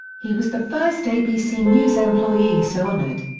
he was the first abc news employee so honored.